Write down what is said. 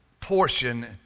portion